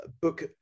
book